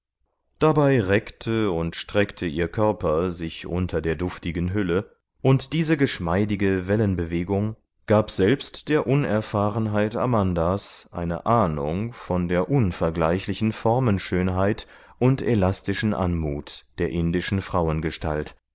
dabei reckte und streckte ihr körper sich unter der duftigen hülle und diese geschmeidige wellenbewegung gab selbst der unerfahrenheit amandas eine ahnung von der unvergleichlichen formenschönheit und elastischen anmut der indischen